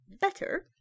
better